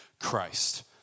Christ